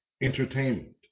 entertainment